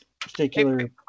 Particular